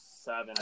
seven